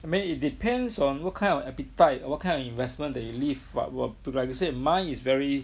I mean it depends on what kind of appetite or what kind of investment that you leave what like you said mine is very